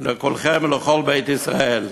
לכולכם ולכל בית ישראל.